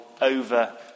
over